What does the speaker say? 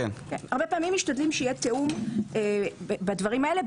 הרבה פעמים משתדלים שיהיה תיאום בדברים האלה,